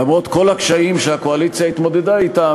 למרות כל הקשיים שהקואליציה התמודדה אתם,